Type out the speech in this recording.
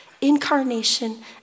incarnation